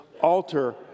alter